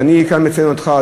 ואני כאן מציין אותך,